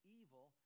evil